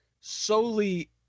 solely